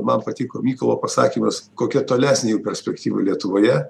man patiko mykolo pasakymas kokia tolesnė jų perspektyva lietuvoje